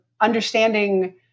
understanding